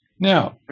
Now